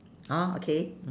hor okay